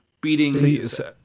Beating